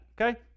okay